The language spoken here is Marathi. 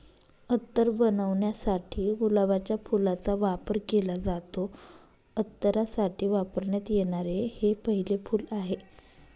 अत्तर बनवण्यासाठी गुलाबाच्या फुलाचा वापर केला जातो, अत्तरासाठी वापरण्यात येणारे हे पहिले फूल आहे